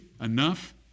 enough